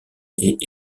est